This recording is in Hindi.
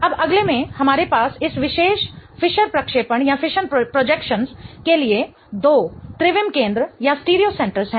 अब अगले में हमारे पास इस विशेष फिशर प्रक्षेपण के लिए दो त्रिविम केंद्र हैं